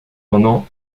cependant